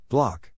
Block